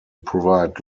provide